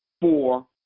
four